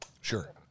Sure